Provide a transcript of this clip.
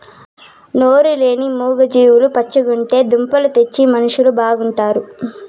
నోరు లేని మూగ జీవాలు పచ్చగుంటే దుంపలు తెచ్చే మనుషులు బాగుంటారు